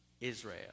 Israel